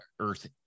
earth